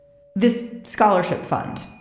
this scholarship fund,